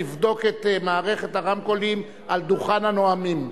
לבדוק את מערכת הרמקולים על דוכן הנואמים.